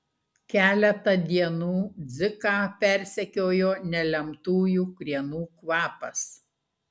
keletą dienų dziką persekiojo nelemtųjų krienų kvapas